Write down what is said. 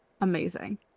amazing